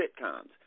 sitcoms